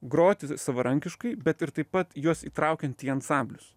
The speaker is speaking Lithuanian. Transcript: groti savarankiškai bet ir taip pat juos įtraukiant į ansamblius